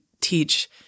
teach